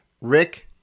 Rick